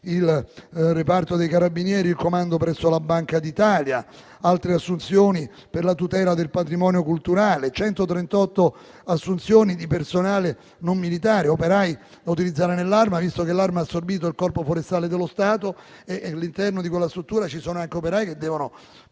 il reparto dei carabinieri in comando presso la Banca d'Italia. Vi sono altre assunzioni per la tutela del patrimonio culturale, 138 assunzioni di personale non militare: operai da utilizzare nell'Arma, visto che l'Arma ha assorbito il Corpo forestale dello Stato e, all'interno di quella struttura vi sono anche operai che devono